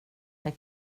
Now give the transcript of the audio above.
det